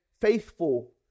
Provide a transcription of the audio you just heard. faithful